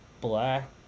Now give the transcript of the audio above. black